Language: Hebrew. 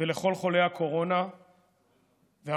ולכל חולי הקורונה והמבודדים.